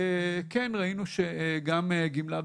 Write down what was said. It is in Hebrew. כן, ראינו שגם גמלה בכסף,